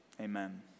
Amen